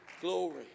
glory